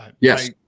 Yes